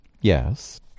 Yes